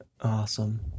Awesome